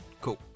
Cool